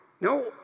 No